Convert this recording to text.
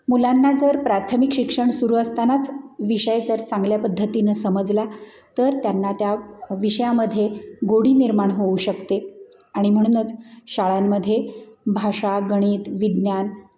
मुलांना जर प्राथमिक शिक्षण सुरू असतानाच विषय जर चांगल्या पद्धतीनं समजला तर त्यांना त्या विषयामध्ये गोडी निर्माण होऊ शकते आणि म्हणूनच शाळांमध्ये भाषा गणित विज्ञान